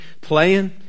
playing